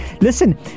Listen